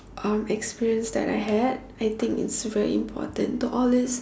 um experience that I had I think it's very important to always